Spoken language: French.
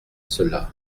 cela